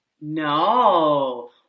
No